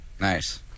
nice